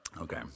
Okay